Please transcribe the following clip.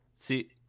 See